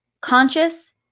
conscious